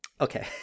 okay